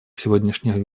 сегодняшних